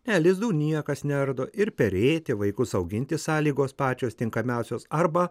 ne lizdų niekas neardo ir perėti vaikus auginti sąlygos pačios tinkamiausios arba